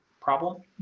problem